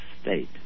State